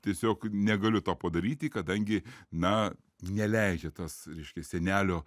tiesiog negaliu to padaryti kadangi na neleidžia tas reiškia senelio